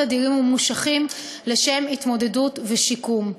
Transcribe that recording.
אדירים וממושכים לשם התמודדות ושיקום.